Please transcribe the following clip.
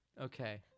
Okay